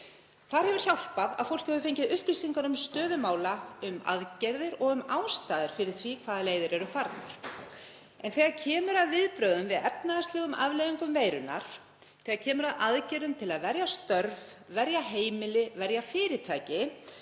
Þar hefur hjálpað að fólk hefur fengið upplýsingar um stöðu mála, um aðgerðir og um ástæður fyrir því hvaða leiðir hafa verið farnar. En þegar kemur að viðbrögðum við efnahagslegum afleiðingum veirunnar, þegar kemur að aðgerðum til að verja störf, verja heimili og fyrirtæki,